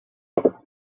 party